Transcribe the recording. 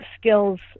skills